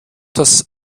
das